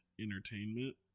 entertainment